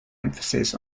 emphasis